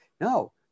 no